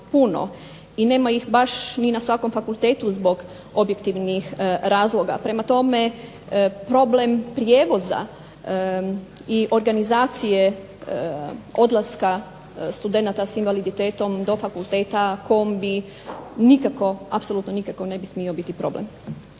i nema ih baš ni na svakom fakultetu zbog objektivnih razloga. Prema tome, problem prijevoza i organizacije odlaska studenata s invaliditetom do fakulteta, kombi, apsolutno nikako ne bi smio biti problem.